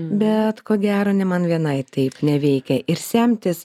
bet ko gero ne man vienai taip neveikia ir semtis